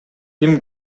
ким